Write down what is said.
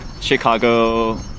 Chicago